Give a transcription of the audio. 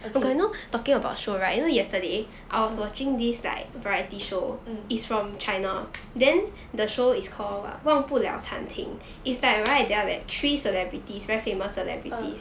okay mm mm uh